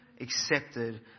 accepted